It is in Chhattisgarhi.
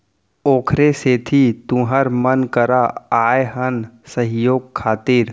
ओखरे सेती तुँहर मन करा आए हन सहयोग खातिर